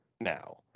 Now